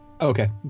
okay